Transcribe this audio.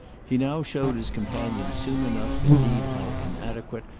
he now showed his companion soon enough indeed how inadequate,